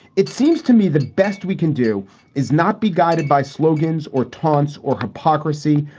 it seems to me the best we can do is not be guided by slogans or taunts or hypocrisy,